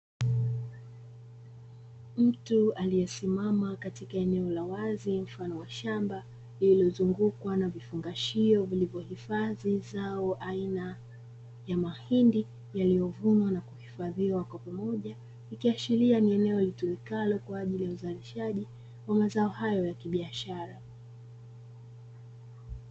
Mtu aliyesimama katika eneo la wazi mfano wa shamba, lililozungukwa na vifungashio vilivyo hifadhi zao aina ya mahindi yaliyovunwa na kuhifadhiwa kwa pamoja. Ikiashiria ni eneo litumikalo kwa ajili ya uzalishaji wa mazao hayo ya kibiashara.